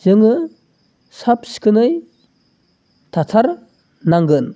जोङो साफ सिखोनै थाथारनांगोन